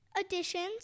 additions